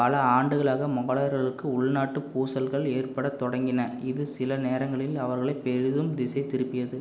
பல ஆண்டுகளாக மொகலாயர்களுக்கு உள்நாட்டுப் பூசல்கள் ஏற்படத் தொடங்கின இது சில நேரங்களில் அவர்களை பெரிதும் திசைதிருப்பியது